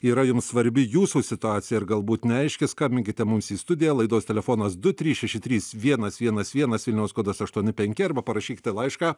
yra jums svarbi jūsų situacija ir galbūt neaiški skambinkite mums į studiją laidos telefonas du trys šeši trys vienas vienas vienas vilniaus kodas aštuoni penki arba parašykite laišką